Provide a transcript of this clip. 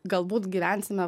galbūt gyvensime